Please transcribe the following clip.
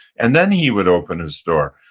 and then he would open his door,